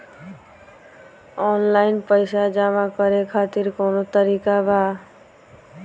Online पइसा जमा करे खातिर कवन तरीका बा?